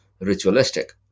ritualistic